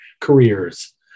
careers